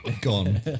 gone